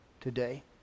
today